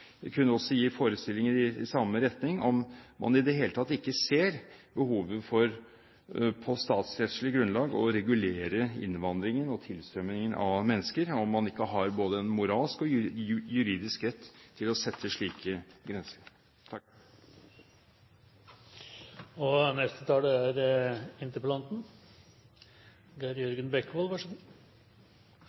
kunne også gi forestillinger i samme retning – om man i det hele tatt ikke ser behovet for på statsrettslig grunnlag å regulere innvandringen og tilstrømmingen av mennesker, og om man ikke har både en moralsk og en juridisk rett til å sette slike grenser. Jeg vil takke for debatten og